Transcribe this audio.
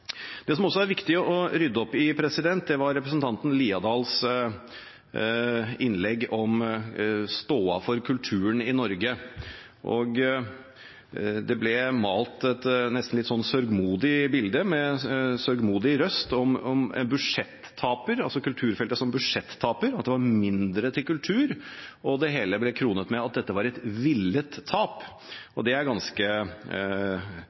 Det som det også er viktig å rydde opp i, er representanten Haukeland Liadals innlegg om stoda for kulturen i Norge. Det ble malt et nesten litt sørgmodig bilde med sørgmodig røst om kulturfeltet som budsjettaper, og at det var mindre til kultur, og det hele ble kronet med at dette var et villet tap. Det er det ganske